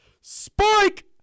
Spike